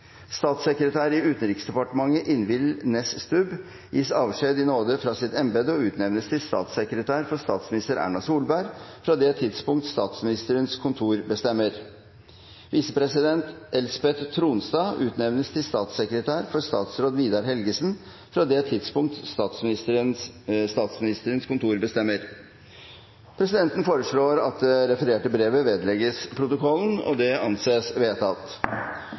Statssekretær i Utenriksdepartementet Ingvild Næss Stub gis avskjed i nåde fra sitt embete og utnevnes til statssekretær for statsminister Erna Solberg fra det tidspunkt Statsministerens kontor bestemmer. Vice president Elsbeth Tronstad utnevnes til statssekretær for statsråd Vidar Helgesen fra det tidspunkt Statsministerens kontor bestemmer.» Presidenten foreslår at det refererte brevet vedlegges protokollen. – Det anses vedtatt.